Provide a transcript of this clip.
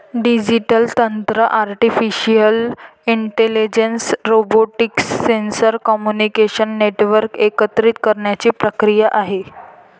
digital तंत्र artificial intelligence, robotics, sensor, communication network एकत्रित करण्याची प्रक्रिया आहे